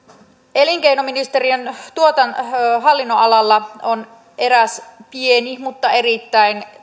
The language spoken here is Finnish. elinkeinoministeriön hallinnonalalla on eräs pieni mutta erittäin